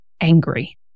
angry